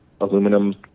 aluminum